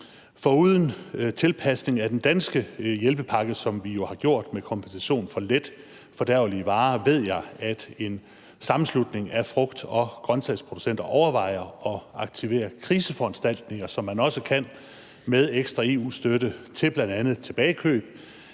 Foruden tilpasning af den danske hjælpepakke, som vi jo har gjort med kompensation for letfordærvelige varer, ved jeg, at en sammenslutning af frugt- og grønsagsproducenter overvejer at aktivere kriseforanstaltninger, som man også kan med ekstra EU-støtte til bl.a. tilbagekøb